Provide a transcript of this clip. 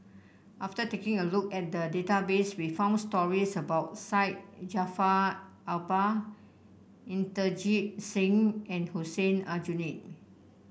after taking a look at the database we found stories about Syed Jaafar Albar Inderjit Singh and Hussein Aljunied